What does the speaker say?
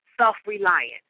self-reliant